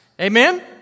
Amen